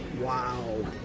Wow